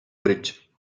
bridge